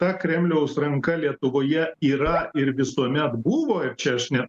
ta kremliaus ranka lietuvoje yra ir visuomet buvo ir čia aš ne